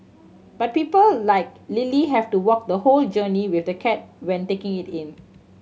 but people like Lily have to walk the whole journey with the cat when taking it in